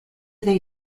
they